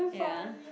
ya